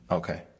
okay